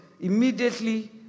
immediately